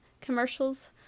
commercials